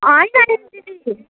होइन नि दिदी